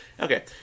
okay